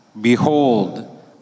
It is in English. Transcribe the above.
Behold